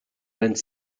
vingt